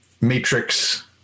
Matrix